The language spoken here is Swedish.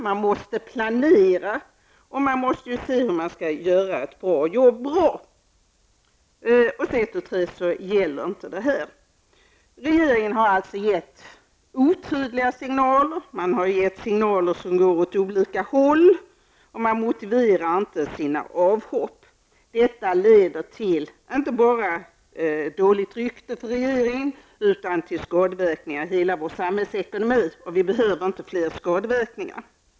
Man måste planera för att kunna se hur man skall göra ett bra arbete, och så ett tu tre gäller inte förslaget längre. Regeringen har givit otydliga signaler, och signaler som går åt olika håll, och regeringen motiverar inte sitt avhopp. Detta leder inte bara till ett dåligt rykte för regeringen, utan till skadeverkningar i hela vår samhällsekonomi, och vi behöver inte fler skadeverkningar.